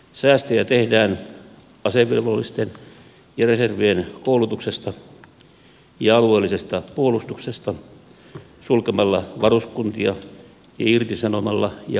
säästöjä tehdään asevelvollisten ja reservien koulutuksesta ja alueellisesta puolustuksesta sulkemalla varuskuntia ja irtisanomalla ja ulkoistamalla henkilöstöä